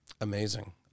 Amazing